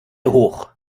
hoch